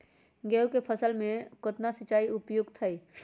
गेंहू के फसल में केतना सिंचाई उपयुक्त हाइ?